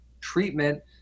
treatment